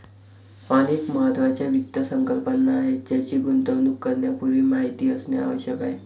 अनेक महत्त्वाच्या वित्त संकल्पना आहेत ज्यांची गुंतवणूक करण्यापूर्वी माहिती असणे आवश्यक आहे